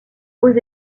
aux